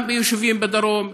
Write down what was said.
גם ביישובים בדרום,